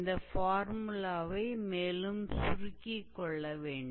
இந்த ஃபார்முலாவைச் சுருக்கிக் கொள்ள வேண்டும்